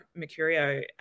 Mercurio